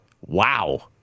Wow